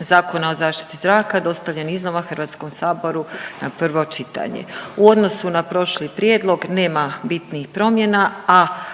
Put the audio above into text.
Zakona o zaštiti zraka dostavljen iznova HS-u na prvo čitanje. U odnosu na prošli prijedlog nema bitnih promjena, a